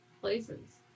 places